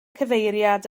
cyfeiriad